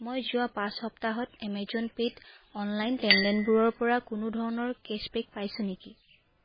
মই যোৱা পাঁচ সপ্তাহত এমেজন পে'ত অনলাইন লেনদেনবোৰৰ পৰা কোনো ধৰণৰ কেশ্ববেক পাইছো নেকি